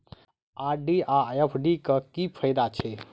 RD आ FD क की फायदा छै?